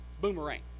Boomerang